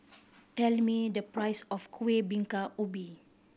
tell me the price of Kueh Bingka Ubi